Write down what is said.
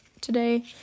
today